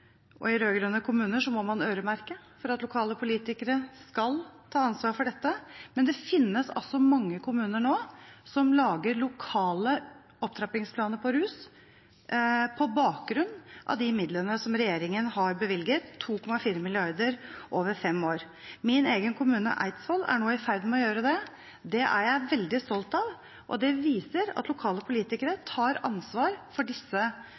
i rød-grønne kommuner – må man øremerke for at lokale politikere skal ta ansvar for dette. Men det finnes mange kommuner nå som lager lokale opptrappingsplaner for rus på bakgrunn av de midlene som regjeringen har bevilget, 2,4 mrd. kr over fem år. Min egen kommune, Eidsvoll, er nå i ferd med å gjøre det. Det er jeg veldig stolt av, og det viser at lokale politikere tar ansvar for disse